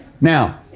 Now